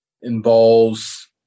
involves